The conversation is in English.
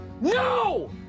No